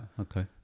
okay